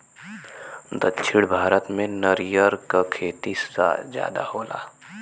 दक्षिण भारत में नरियर क खेती जादा होला